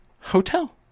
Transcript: hotel